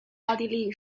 奥地利